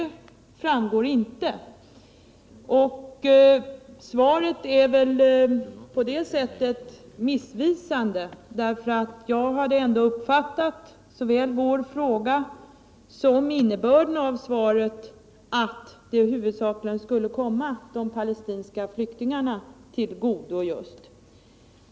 Det framgår emellertid inte hur mycket det blir fråga om. Frågesvaret är missvisande. Vpk:s fråga gällde om palestinierna skulle få ökat humanitärt bistånd, och det borde vara detta Ola Ullsten skulle svara på.